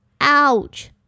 Ouch